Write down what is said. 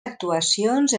actuacions